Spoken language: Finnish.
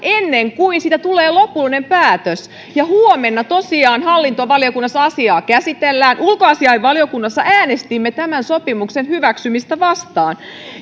kunnes siitä tulee lopullinen päätös ja huomenna tosiaan hallintovaliokunnassa asiaa käsitellään ulkoasiainvaliokunnassa äänestimme tämän sopimuksen hyväksymistä vastaan